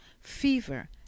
fever